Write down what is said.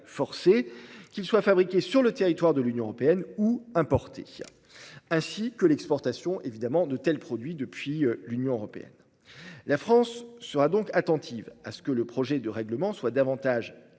qu'ils soient fabriqués sur le territoire de l'Union européenne ou importés, ainsi que l'exportation de tels produits depuis l'Union européenne. La France sera donc attentive à ce que le projet de règlement soit davantage clarifié